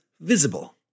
visible